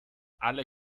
alle